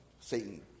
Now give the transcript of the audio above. Satan